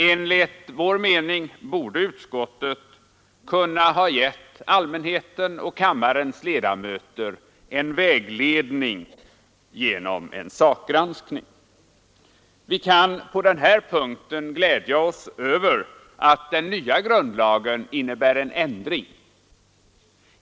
Enligt vår mening borde utskottet ha kunnat ge allmänheten och kammarens ledamöter vägledning genom en sakgranskning. Vi kan på den här punkten glädja oss över att den nya grundlagen innebär en ändring.